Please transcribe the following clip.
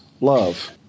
love